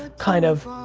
kind of,